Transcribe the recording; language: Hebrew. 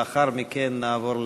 לאחר מכן נעבור להצבעה.